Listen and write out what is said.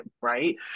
right